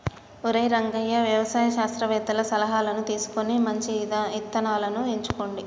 ఒరై రంగయ్య వ్యవసాయ శాస్త్రవేతల సలహాను తీసుకొని మంచి ఇత్తనాలను ఎంచుకోండి